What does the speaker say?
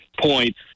points